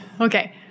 okay